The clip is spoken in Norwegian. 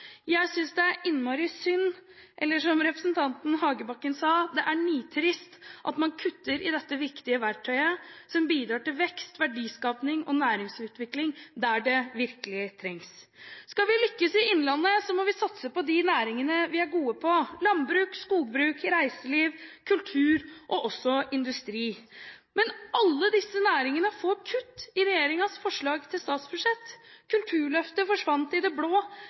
Jeg synes det er innmari synd, eller – som representanten Hagebakken sa – nitrist at man kutter i dette viktige verktøyet, som bidrar til vekst, verdiskaping og næringsutvikling der det virkelig trengs. Skal vi lykkes i innlandet, må vi satse på de næringene vi er gode på: landbruk, skogbruk, reiseliv, kultur og industri. Men alle disse næringene får kutt i regjeringens forslag til statsbudsjett. Kulturløftet forsvant i det blå.